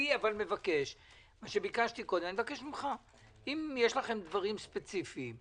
אני מבקש שוב, מה שביקשתי אם יש דברים ספציפיים,